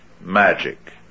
magic